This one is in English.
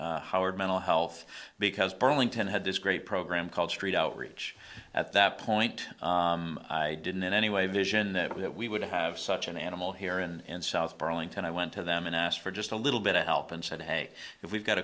approached howard mental health because burlington had this great program called street outreach at that point i didn't in any way vision that we would have such an animal here in south burlington i went to them and asked for just a little bit of help and said hey if we've got